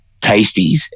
tasties